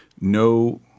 no